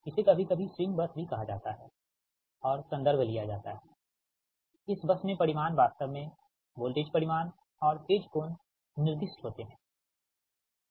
इसे कभी कभी स्विंग बस भी कहा जाता है और संदर्भ लिया जाता है इस बस में परिमाण वास्तव में वोल्टेज परिमाण और फेज कोण निर्दिष्ट होते हैं ठीक है